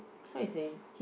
I think